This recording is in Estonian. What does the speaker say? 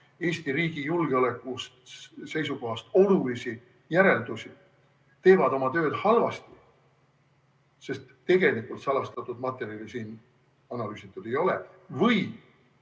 Eesti riigi julgeoleku seisukohast olulisi järeldusi, teevad oma tööd halvasti, sest tegelikult salastatud materjali analüüsitud ei ole? Või